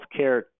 Healthcare